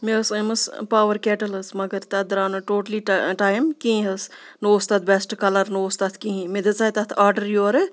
مےٚ ٲس أنۍمٕژ پاوَر کیٹل حظ مگر تَتھ درٛاو نہٕ ٹوٹلی ٹَ ٹایم کِہیٖنۍ حظ نہ اوس تَتھ بیسٹ کَلَر نہ اوس تَتھ کِہیٖنۍ مےٚ دِژے تَتھ آڈَر یورٕ